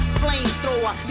flamethrower